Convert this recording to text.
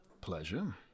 Pleasure